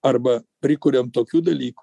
arba prikuriam tokių dalykų